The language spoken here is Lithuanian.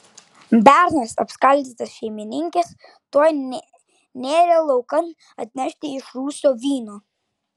bernas apskaldytas šeimininkės tuoj nėrė laukan atnešti iš rūsio vyno